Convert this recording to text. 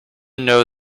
know